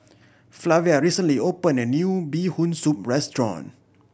Flavia recently opened a new Bee Hoon Soup restaurant